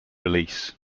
release